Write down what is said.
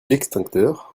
extincteurs